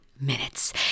minutes